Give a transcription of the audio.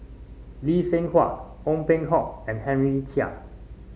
Lee Seng Huat Ong Peng Hock and Henry Chia